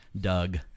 Doug